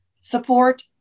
support